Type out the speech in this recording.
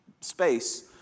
space